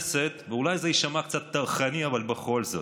אולי זה יישמע קצת טרחני, אבל בכל זאת,